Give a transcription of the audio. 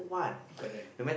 current